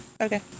Okay